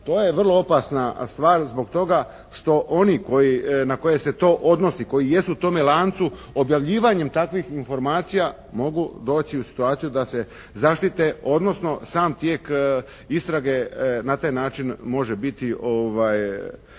To je vrlo opasna stvar zbog toga što oni koji, na koje se to odnosi, koji jesu u tome lancu objavljivanjem takvih informacija mogu doći u situaciju da se zaštite, odnosno sam tijek istrage na taj način može biti